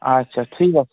আচ্ছা ঠিক আছে